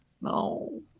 No